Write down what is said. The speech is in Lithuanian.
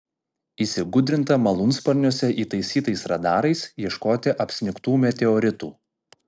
įsigudrinta malūnsparniuose įtaisytais radarais ieškoti apsnigtų meteoritų